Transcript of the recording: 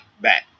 back